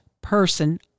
person